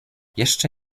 jeszcze